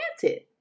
granted